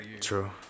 True